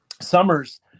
summers